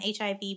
HIV